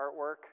artwork